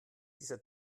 dieser